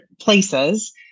places